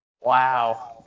Wow